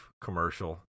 commercial